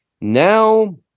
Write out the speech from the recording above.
Now